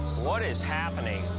what is happening?